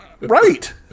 Right